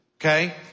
Okay